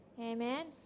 Amen